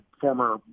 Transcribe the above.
former